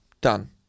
Done